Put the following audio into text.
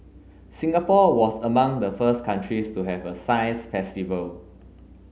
Singapore was among the first countries to have a science festival